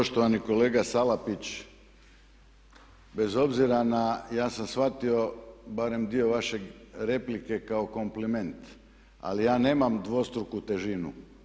Poštovani kolega Salapić bez obzira na, ja sam shvatio barem dio vaše replike kao kompliment, ali ja nemam dvostruku težinu.